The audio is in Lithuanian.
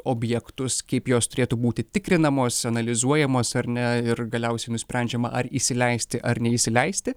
objektus kaip jos turėtų būti tikrinamos analizuojamos ar ne ir galiausiai nusprendžiama ar įsileisti ar neįsileisti